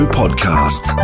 podcast